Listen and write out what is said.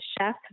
chef